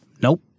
nope